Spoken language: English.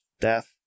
death